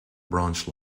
branch